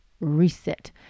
Reset